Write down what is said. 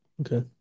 Okay